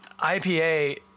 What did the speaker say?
IPA